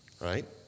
Right